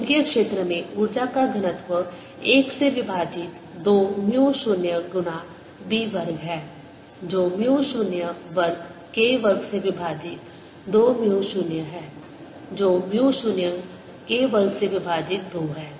चुंबकीय क्षेत्र में ऊर्जा का घनत्व 1 से विभाजित 2 म्यू 0 गुना B वर्ग है जो म्यू 0 वर्ग K वर्ग से विभाजित 2 म्यू 0 है जो म्यू 0 K वर्ग से विभाजित 2 है